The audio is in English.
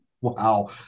wow